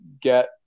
get